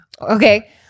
Okay